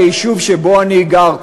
על היישוב שבו אני גר,